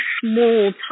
small